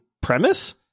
premise